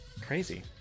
Crazy